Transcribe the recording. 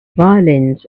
violins